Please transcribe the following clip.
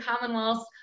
commonwealths